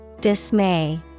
Dismay